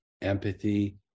empathy